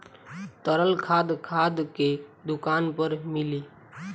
तरल खाद खाद के दुकान पर मिली